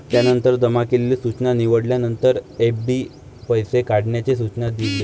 त्यानंतर जमा केलेली सूचना निवडल्यानंतर, एफ.डी पैसे काढण्याचे सूचना दिले